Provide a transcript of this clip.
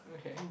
okay